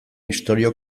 istorio